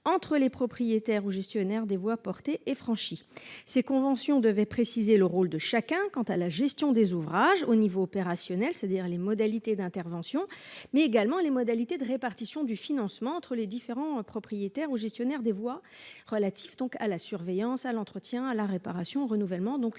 entre les propriétaires ou gestionnaires des voix et franchi ces conventions devait préciser le rôle de chacun. Quant à la gestion des ouvrages au niveau opérationnel, c'est-à-dire les modalités d'intervention mais également les modalités de répartition du financement entre les différents propriétaire ou gestionnaire des voies relatif donc à la surveillance à l'entretien à la réparation renouvellement donc